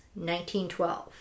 1912